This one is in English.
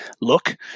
look